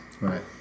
Right